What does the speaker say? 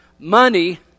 Money